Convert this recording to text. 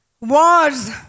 wars